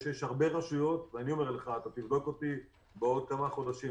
יש הרבה רשויות תבדוק אותי בעוד כמה חודשים,